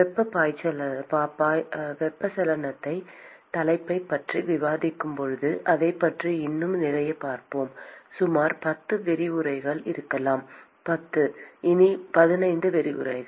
வெப்பச்சலனத் தலைப்பைப் பற்றி விவாதிக்கும்போது அதைப் பற்றி இன்னும் நிறையப் பார்ப்போம் சுமார் 10 விரிவுரைகள் இருக்கலாம் 10 இனி 15 விரிவுரைகள்